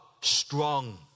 strong